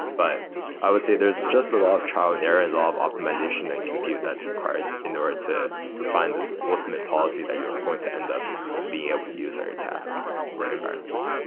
but i would say there're just the law of trial and error and law of optimization and compute that's required in order to find this ultimate policy that you're going to end up being able to use on your task or environment.